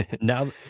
Now